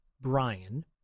Brian